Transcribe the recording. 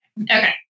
Okay